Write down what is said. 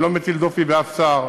אני לא מטיל דופי בשום שר.